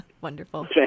Wonderful